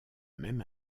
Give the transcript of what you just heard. même